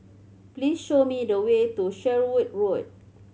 please show me the way to Sherwood Road